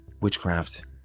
Witchcraft